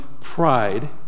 pride